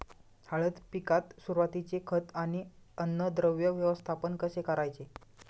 हळद पिकात सुरुवातीचे खत व अन्नद्रव्य व्यवस्थापन कसे करायचे?